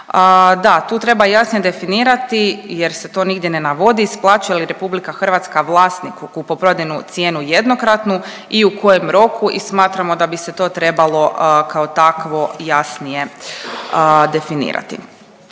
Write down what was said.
Da, tu treba jasnije definirati jer se to nigdje ne navodi, isplaćuje li RH vlasniku kupoprodajnu cijenu jednokratnu i u kojem roku i smatramo da bi se to trebalo kao takvo jasnije definirati.